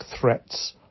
threats